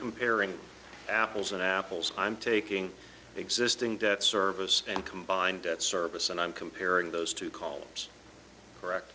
comparing apples and apples i'm taking existing debt service and combined debt service and i'm comparing those two columns correct